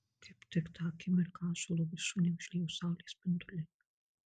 kaip tik tą akimirką ąžuolo viršūnę užliejo saulės spinduliai